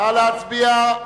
נא להצביע.